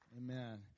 Amen